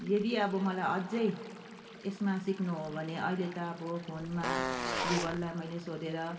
यदि अब मलाई अझै यसमा सिक्नु हो भने अहिले त अब फोनमा गुगललाई मैले सोधेर